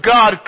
God